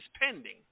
pending